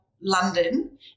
London